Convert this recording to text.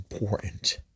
important